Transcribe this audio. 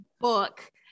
book